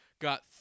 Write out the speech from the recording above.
got